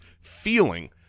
feeling